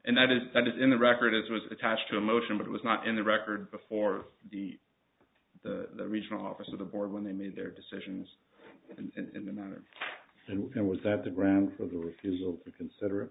and that is that is in the records was attached to a motion that was not in the record before the the regional office of the board when they made their decisions in the matter and was that the grounds for the refusal to consider